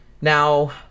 Now